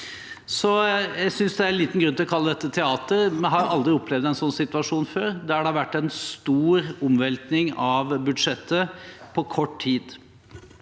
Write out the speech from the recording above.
Jeg synes det er liten grunn til å kalle dette teater. Vi har aldri opplevd en sånn situasjon før – at det har vært en stor omveltning av budsjettet på kort tid.